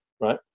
right